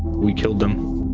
we killed them,